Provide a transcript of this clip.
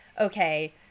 okay